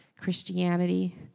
Christianity